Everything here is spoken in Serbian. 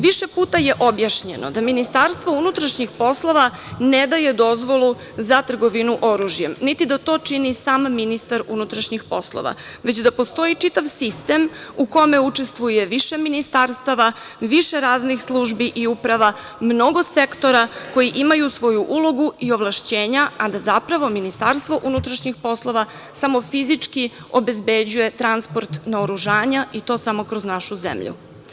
Više puta je objašnjeno da MUP ne daje dozvolu za trgovinu oružjem, niti da to čini sam ministar unutrašnjih poslova, već da postoji čitav sistem u kome učestvuje više ministarstava, više raznih službi i uprava, mnogo sektora koji imaju svoju ulogu i ovlašćenja, a da zapravo MUP samo fizički obezbeđuje transport naoružanja i to samo kroz našu zemlju.